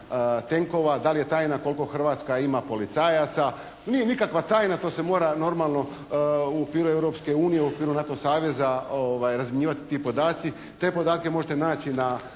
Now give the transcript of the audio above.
Da li je tajna koliko Hrvatska ima policajaca. Nije nikakva tajna, to se mora normalno u okviru Europske unije, u okviru NATO saveza razmjenjivati ti podaci. Te podatke možete naći na